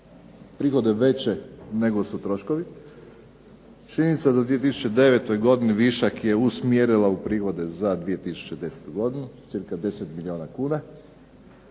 prihode veće nego su troškovi, činjenica da u 2009. godini višak je usmjerila u prihode za 2010. godinu cca 10 milijuna kuna,